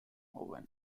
owen